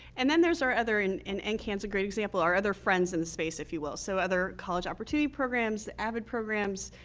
and then there's our other and and ncans a great example our other friends in space, if you will. so other college opportunity programs, avid programs.